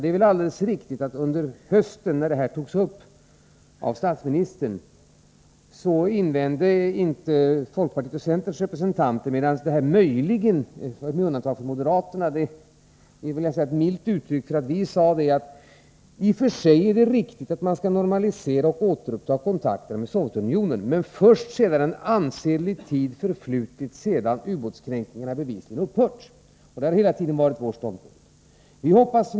Det är alldeles riktigt att varken folkpartiets eller centerns representanter gjorde några invändningar när den här saken togs upp i höstas. Uttrycket ”möjligen med undantag av moderaterna” är väl milt. Vi sade att det i och för sig är riktigt att man skall återuppta och normalisera kontakterna med Sovjetunionen, men först sedan en ansenlig tid förflutit efter det att ubåtskränkningarna bevisligen upphört. Det har hela tiden varit vår ståndpunkt.